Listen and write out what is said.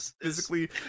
Physically